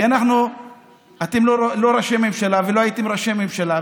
כי אתם לא ראשי ממשלה ולא הייתם ראשי ממשלה,